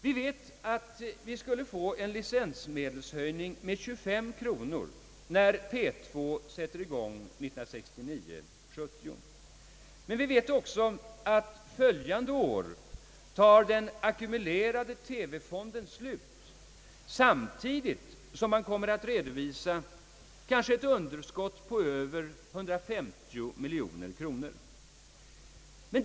Vi vet att vi skulle få en licenshöjning med 253 kronor när P 2 sätter i gång 1969/70, men vi vet också att den ackumulerade TV-fonden tar slut följande år, samtidigt som man kommer att redovisa ett underskott på kanske över 150 miljoner kronor.